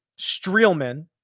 Streelman